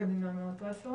עורכת הדין נעמה מטרסו.